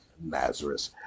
Nazareth